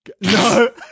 No